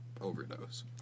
overdose